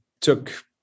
took